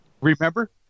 Remember